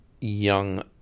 young